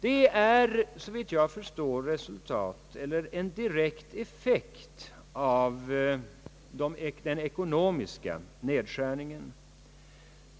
Det är, såvitt jag förstår, en direkt effekt av den ekonomiska nedskärningen.